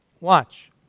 Watch